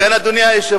לכן, אדוני היושב-ראש,